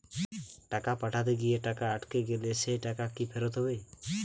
টাকা পাঠাতে গিয়ে টাকা আটকে গেলে সেই টাকা কি ফেরত হবে?